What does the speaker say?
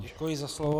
Děkuji za slovo.